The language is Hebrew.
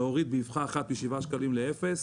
להוריד באבחה אחת משבעה שקלים לאפס.